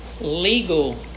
legal